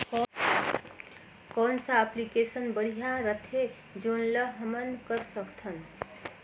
कौन सा एप्लिकेशन बढ़िया रथे जोन ल हमन कर सकथन?